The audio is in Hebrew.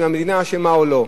אם המדינה אשמה או לא,